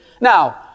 Now